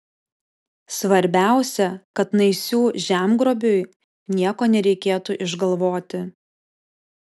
svarbiausia kad naisių žemgrobiui nieko nereikėtų išgalvoti